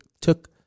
took